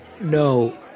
No